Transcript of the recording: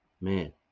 man